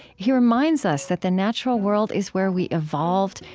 he reminds us that the natural world is where we evolved,